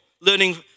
learning